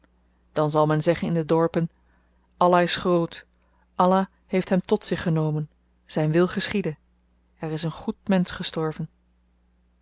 dan zal men zeggen in de dorpen allah is groot allah heeft hem tot zich genomen zyn wil geschiedde er is een goed mensch gestorven